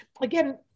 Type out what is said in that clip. again